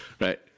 right